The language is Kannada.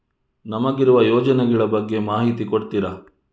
ನಮಗಿರುವ ಯೋಜನೆಗಳ ಬಗ್ಗೆ ಮಾಹಿತಿ ಕೊಡ್ತೀರಾ?